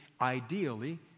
ideally